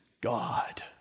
God